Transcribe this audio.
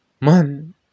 Man